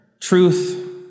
truth